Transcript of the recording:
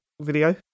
video